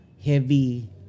heavy